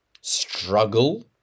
Struggle